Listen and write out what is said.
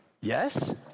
Yes